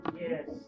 Yes